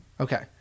Okay